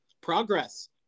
progress